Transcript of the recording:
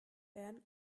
werden